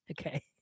Okay